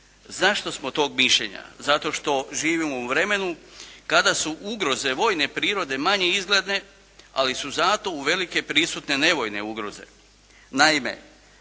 Zašto smo tog mišljenje? Zato što živimo u vremenu kada su ugroze vojne prirode manje izgledne, ali su zato uvelike prisutne nevojne ugroze.